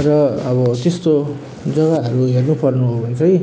र अब त्यस्तो जग्गाहरू हेर्नुपर्नु हो भने चाहिँ